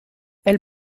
elle